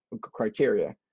criteria